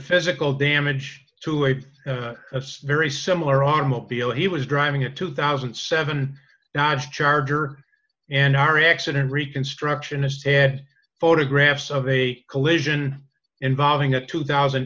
physical damage to a very similar automobile he was driving a two thousand and seven dodge charger and our accident reconstructionist said photographs of a collision involving a two thousand